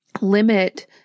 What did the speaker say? limit